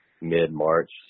mid-March